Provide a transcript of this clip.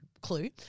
clue